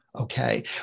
Okay